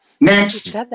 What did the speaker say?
Next